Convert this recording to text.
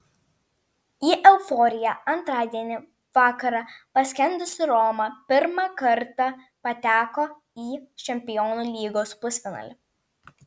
į euforiją antradienį vakarą paskendusi roma pirmą kartą pateko į čempionų lygos pusfinalį